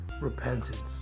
repentance